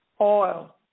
Oil